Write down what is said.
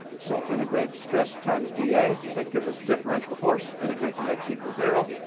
so, integrate stress times da. that gives us differential force. integrate from x equals zero,